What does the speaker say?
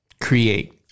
create